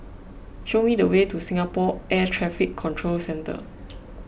show me the way to Singapore Air Traffic Control Centre